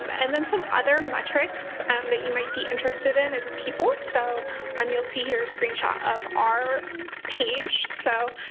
and then, some other metrics that you might be interested in is people, so um you'll see here a screenshot of our page. so,